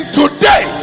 today